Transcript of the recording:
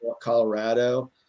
Colorado